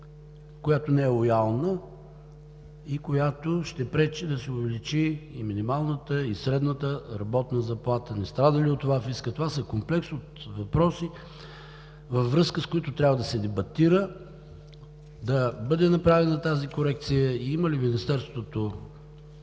която не е лоялна и която ще пречи да се увеличи минималната и средната работна заплата? Не страда ли от това фискът? Това комплекс от въпроси, във връзка с които трябва да се дебатира, да бъде направена тази корекция. Имат ли министерствата,